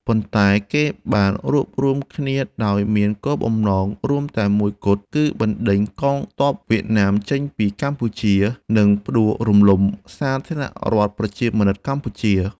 ប៉ុន្តែ គេបានរួបរួមគ្នាដោយមានគោលដៅរួមតែមួយគត់ គឺបណ្ដេញកងទ័ពវៀតណាមចេញពីកម្ពុជា និងផ្ដួលរំលំសាធារណរដ្ឋប្រជាមានិតកម្ពុជា។